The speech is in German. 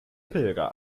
pilger